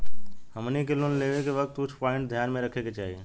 हमनी के लोन लेवे के वक्त कुछ प्वाइंट ध्यान में रखे के चाही